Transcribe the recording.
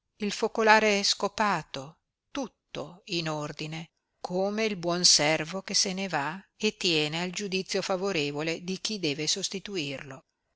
il focolare scopato tutto in ordine come il buon servo che se ne va e tiene al giudizio favorevole di chi deve sostituirlo